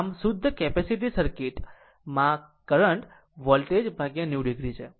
આમ શુદ્ધ capacitive circuit માં કરંટ વોલ્ટેજ 90 o છે